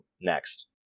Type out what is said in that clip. next